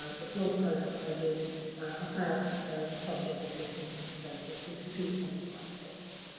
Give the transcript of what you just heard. ah the blog post that i did about the subject of missing from the census, which repeats some of what i've said here.